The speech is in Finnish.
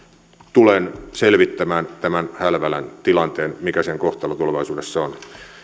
tulen selvittämään tämän hälvälän tilanteen mikä sen kohtalo tulevaisuudessa on